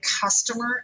customer